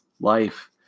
life